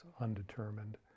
undetermined